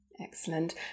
Excellent